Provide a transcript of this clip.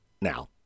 Now